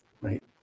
right